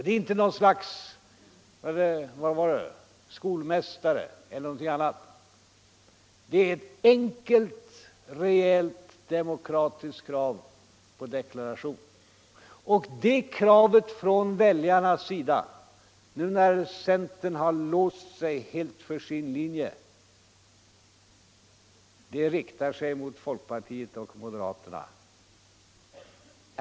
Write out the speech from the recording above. Det är inte något slags skolmästarfasoner jag visar när jag begär det beskedet — det är ett enkelt, rejält, demokratiskt krav på deklaration. Det kravet från väljarna riktar sig mot folkpartiet och moderaterna nu när centern helt har låst sig för sin linje.